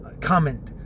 comment